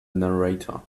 narrator